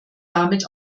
damit